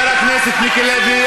חבר הכנסת מיקי לוי,